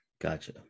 Gotcha